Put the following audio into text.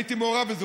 הייתי מעורב בזה,